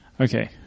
okay